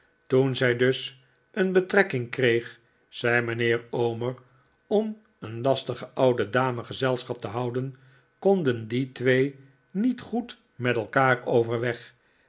toen zij dus een betrekking kreeg zei mijnheer omer om een lastige oude dame gezelschap te houden konden die twee niet goed met elkaar overweg